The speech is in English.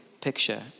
picture